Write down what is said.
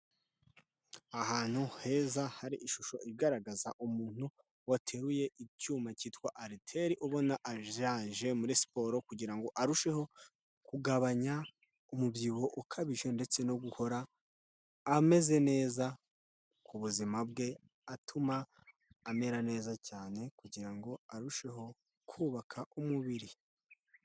Ahantu heza, hari ishusho igaragaza umuntu wateruye icyuma cyitwa ariteli, ubona yaje muri siporo kugira ngo arusheho kugabanya umubyibuho ukabije, ndetse no guhora ameze neza ku buzima bwe, atuma amera neza cyane, kugira ngo arusheho kubaka umubiri.